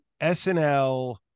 SNL